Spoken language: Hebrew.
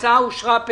הצבעה בעד,